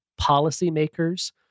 policymakers